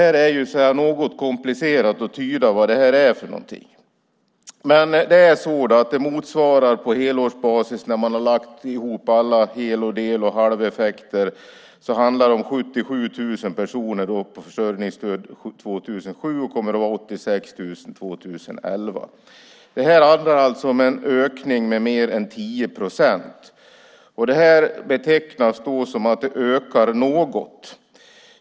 Det är något komplicerat att tyda vad detta är, men det motsvarar på helårsbasis, när man har lagt ihop alla hel-, del och halveffekter, 77 000 personer som får försörjningsstöd år 2007 och 86 000 år 2011. Det handlar alltså om en ökning med mer än 10 procent. Det betecknas som att det ökar något.